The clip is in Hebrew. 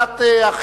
נכון.